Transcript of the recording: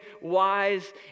wise